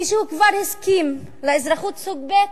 מישהו כבר הסכים לאזרחות סוג ב'.